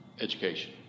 education